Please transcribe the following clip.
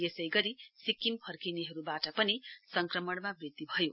यसै गरू सिक्किम फर्किनेहरूबाट पनि संक्रमणमा वृद्धि भयो